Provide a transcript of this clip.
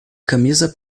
camisa